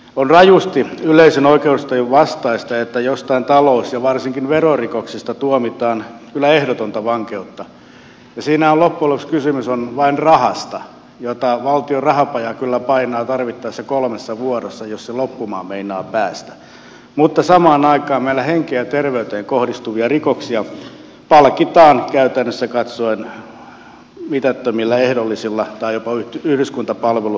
on rajusti yleisen oikeustajun vastaista että joistain talous ja varsinkin verorikoksista tuomitaan kyllä ehdotonta vankeutta niissä on loppujen lopuksi kysymys vain rahasta jota valtion rahapaja kyllä painaa tarvittaessa kolmessa vuorossa jos se loppumaan meinaa päästä mutta samaan aikaan meillä henkeen ja terveyteen kohdistuvista rikoksista palkitaan käytännössä katsoen mitättömillä ehdollisilla tai jopa yhdyskuntapalvelurangaistuksilla